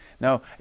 No